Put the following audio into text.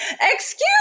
excuse